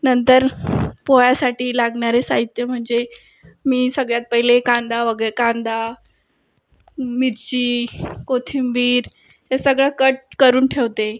नंतर पोह्यासाठी लागणारे साहित्य म्हणजे मी सगळ्यात पहिले कांदा वगे कांदा मिरची कोथिंबीर हे सगळं कट करून ठेवते